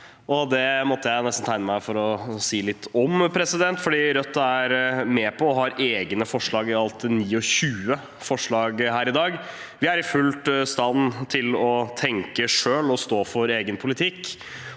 det måtte jeg nesten tegne meg for å si litt om. Rødt er med på og har egne forslag i dag – i alt 27. Vi er fullt i stand til å tenke selv og stå for egen politikk.